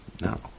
No